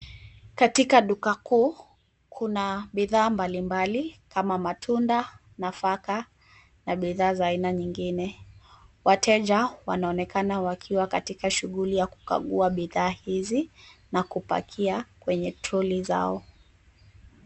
Katika duka kuu kuna bidhaa mbalimbali kama matunda, nafaka na bidhaa za aina nyingine. Wateja wanaonekana wakiwa katika shughuli ya kukukagua bidhaa hizi na kupakia kwenye troli zao.